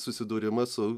susidūrimą su